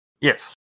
Yes